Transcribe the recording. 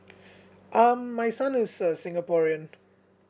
um my son is a singaporean